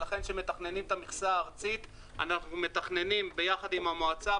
ולכן כאשר מתכננים את המכסה הארצית אנחנו מתכננים יחד עם המועצה,